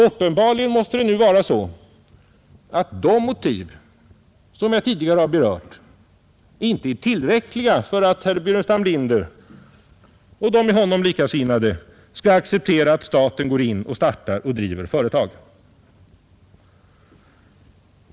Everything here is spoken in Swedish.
Uppenbarligen måste det vara så att de motiv som jag tidigare berört inte är tillräckliga för att herr Burenstam Linder och de med honom likasinnade skall acceptera att staten går in i, startar och driver företag.